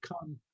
come